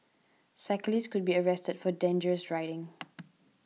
cyclist could be arrested for dangerous riding